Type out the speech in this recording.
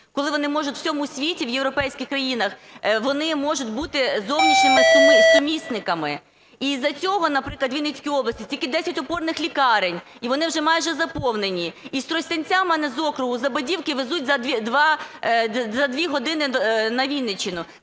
Коли вони можуть у всьому світі, в європейських країнах, вони можуть бути зовнішніми сумісниками. І із-за цього, наприклад, у Вінницькій області тільки 10 опорних лікарень, і вони вже майже заповнені. І з Тростянця, в мене з округу, з Лебедівки везуть за дві години на Вінниччину.